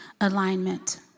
alignment